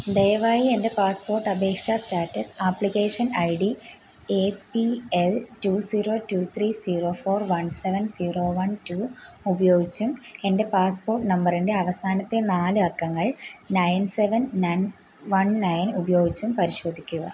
ദയവായി എന്റെ പാസ്പ്പോട്ട് അപേക്ഷ status application ID A P L two zero two three zero four one seven zero one two ഉപയോഗിച്ചും എന്റെ passport നമ്പറിന്റെ അവസാനത്തെ നാല് അക്കങ്ങൾ nine seven nine one nine ഉപയോഗിച്ചും പരിശോധിക്കുക